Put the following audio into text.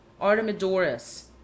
Artemidorus